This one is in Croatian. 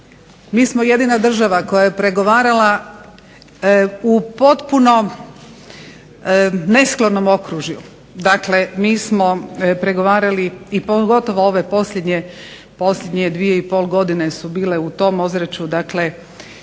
mi smo jedina država koja je pregovarala u potpuno nesklonom okružju, mi smo pregovarali, i pogotovo ove posljednje 2,5 godine su bile u tom ozračju, dakle